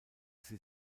sie